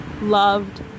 loved